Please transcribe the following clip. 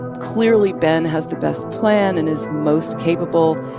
clearly, ben has the best plan and is most capable.